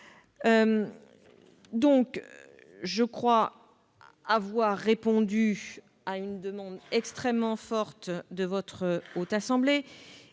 2021. Je crois avoir répondu à une demande extrêmement forte de votre Haute Assemblée.